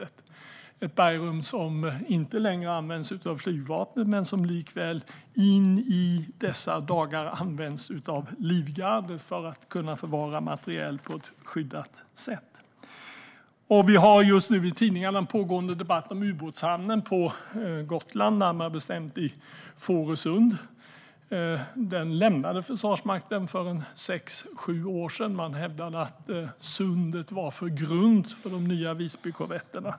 Det är ett bergrum som inte längre används av Flygvapnet men som likväl in i dessa dagar används av Livgardet för förvaring av materiel på ett skyddat sätt. I tidningarna pågår det just nu en debatt om ubåtshamnen på Gotland, närmare bestämt i Fårösund. Försvarsmakten lämnade den hamnen för sex sju år sedan. Man hävdade att sundet var för grunt för de nya Visbykorvetterna.